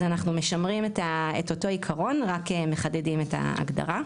אז אנחנו משמרים את אותו עיקרון רק מחדדים את ההגדרה.